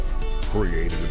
created